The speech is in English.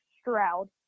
Stroud